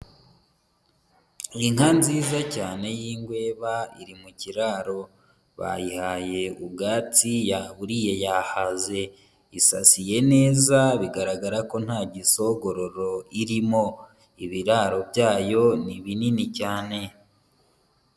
Inka nziza cyane y'ingweba iri mu kiraro. Bayihaye ubwatsi, yaburiye yahaze. Isaziye neza bigaragara ko nta gisogororo irimo, ibiraro byayo ni binini cyane.